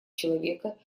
человека